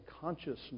consciousness